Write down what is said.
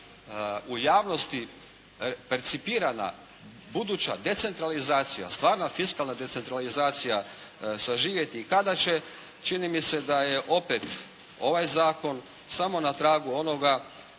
u javnosti percipirana buduća decentralizacija, stvarna fiskalna decentralizacija saživjeti i kada će, čini mi se da je opet ovaj zakon samo na tragu onoga